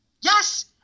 Yes